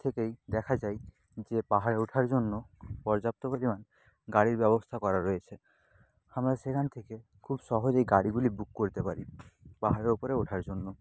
থেকেই দেখা যায় যে পাহাড়ে ওঠার জন্য পর্যাপ্ত পরিমাণ গাড়ির ব্যবস্থা করা রয়েছে আমরা সেখান থেকে খুব সহজেই গাড়িগুলি বুক করতে পারি পাহাড়ের ওপরে ওঠার জন্য